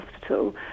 Hospital